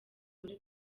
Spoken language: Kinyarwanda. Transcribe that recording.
muri